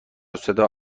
صدا